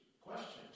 questions